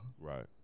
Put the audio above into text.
Right